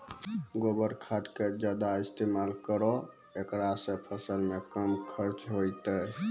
गोबर खाद के ज्यादा इस्तेमाल करौ ऐकरा से फसल मे कम खर्च होईतै?